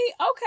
Okay